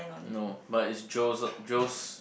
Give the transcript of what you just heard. no but it's Joe's uh Joe's